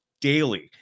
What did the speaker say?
daily